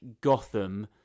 gotham